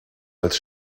als